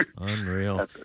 Unreal